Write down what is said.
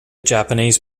japanese